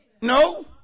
No